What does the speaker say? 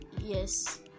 Yes